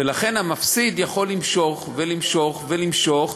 ולכן המפסיד יכול למשוך ולמשוך ולמשוך,